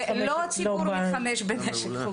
לא, הציבור לא מתחמש בנשק חוקי.